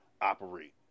operate